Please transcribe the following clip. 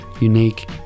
unique